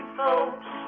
folks